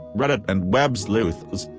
reddit and websleuths,